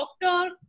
doctor